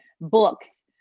books